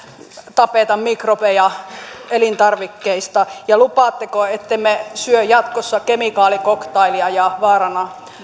tapeta mikrobeja elintarvikkeista ja lupaatteko ettemme syö jatkossa kemikaalicocktailia ja vaaranna